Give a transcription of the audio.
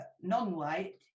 non-white